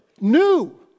new